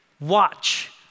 watch